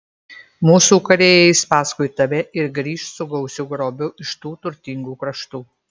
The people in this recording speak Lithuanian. mūsų kariai eis paskui tave ir grįš su gausiu grobiu iš tų turtingų kraštų